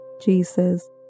Jesus